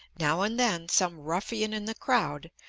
now and then some ruffian in the crowd,